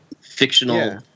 fictional